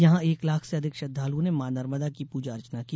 यहां एक लाख से अधिक श्रद्वालुओं ने मां नर्मदा की पूजा अर्चना की